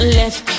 left